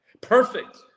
Perfect